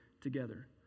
together